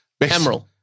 Emerald